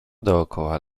dookoła